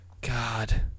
God